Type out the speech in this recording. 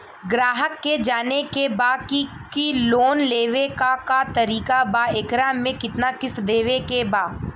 ग्राहक के जाने के बा की की लोन लेवे क का तरीका बा एकरा में कितना किस्त देवे के बा?